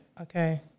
Okay